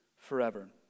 forever